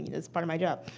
it's part of my job.